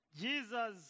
Jesus